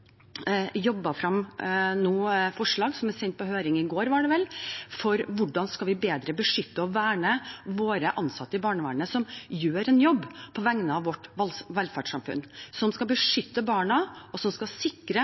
forslag – de ble sendt på høring i går, var det vel – om hvordan vi bedre skal beskytte og verne våre ansatte i barnevernet, som gjør en jobb på vegne av vårt velferdssamfunn, som skal beskytte barna, og som skal sikre